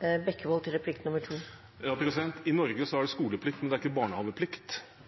I Norge er det